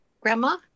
Grandma